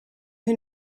who